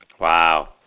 Wow